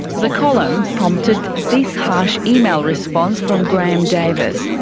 the column prompted this harsh email response from graham davis,